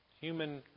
human